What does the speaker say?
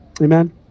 Amen